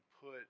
put